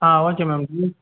ah okay ma'am